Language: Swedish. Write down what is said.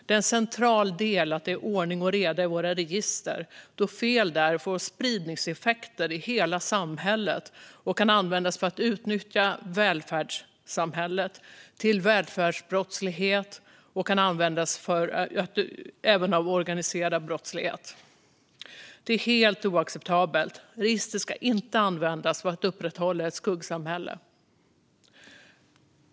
Det är centralt att det är ordning och reda i våra register då fel där får spridningseffekter i hela samhället och kan användas för att utnyttja välfärdssamhället, till välfärdsbrottslighet och av organiserad brottslighet. Detta är helt oacceptabelt. Register ska inte användas för att upprätthålla ett skuggsamhälle.